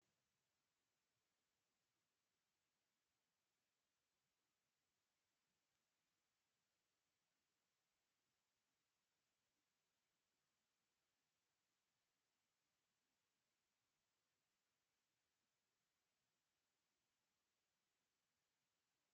Mkulima anafanya kazi akiwa shambani